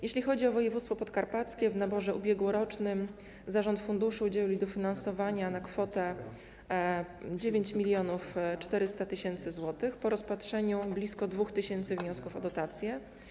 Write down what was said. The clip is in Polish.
Jeśli chodzi o woj. podkarpackie, w naborze ubiegłorocznym zarząd funduszu udzielił dofinansowania na kwotę 9400 tys. zł po rozpatrzeniu blisko 2 tys. wniosków o dotacje.